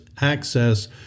access